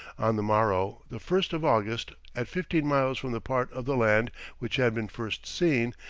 on the morrow, the first of august, at fifteen miles from the part of the land which had been first seen,